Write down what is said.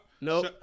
no